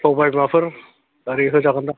सबाय बिमाफोर